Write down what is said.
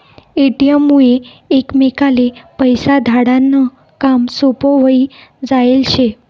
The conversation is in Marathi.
ए.टी.एम मुये एकमेकले पैसा धाडा नं काम सोपं व्हयी जायेल शे